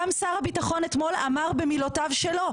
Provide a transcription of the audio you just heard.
גם שר הביטחון אתמול אמר במילותיו שלו.